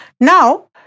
Now